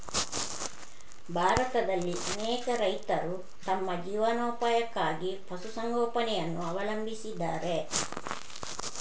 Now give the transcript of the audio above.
ಭಾರತದಲ್ಲಿ ಅನೇಕ ರೈತರು ತಮ್ಮ ಜೀವನೋಪಾಯಕ್ಕಾಗಿ ಪಶು ಸಂಗೋಪನೆಯನ್ನು ಅವಲಂಬಿಸಿದ್ದಾರೆ